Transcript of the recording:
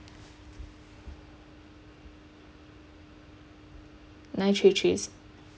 nine three three six